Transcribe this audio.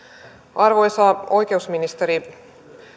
arvoisa oikeusministeri